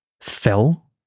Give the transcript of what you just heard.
fell